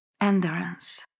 Endurance